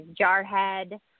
Jarhead